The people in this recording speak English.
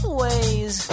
ways